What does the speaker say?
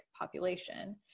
population